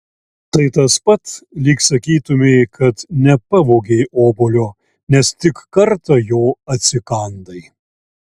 tai tas pat lyg sakytumei kad nepavogei obuolio nes tik kartą jo atsikandai